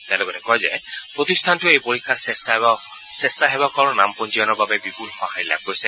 তেওঁ লগতে কয় যে প্ৰতিষ্ঠানটোৱে এই পৰীক্ষাৰ স্বেচ্ছাসেৱকৰ নাম পঞ্জীয়নৰ বাবে বিপুল সহাঁৰি লাভ কৰিছে